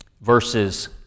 verses